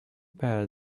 bad